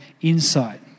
insight